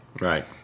Right